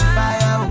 fire